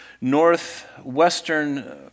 northwestern